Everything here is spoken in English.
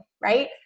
right